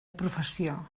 professió